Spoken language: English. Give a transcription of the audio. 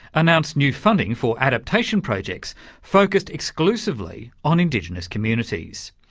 announced new funding for adaptation projects focused exclusively on indigenous communities.